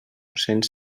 cents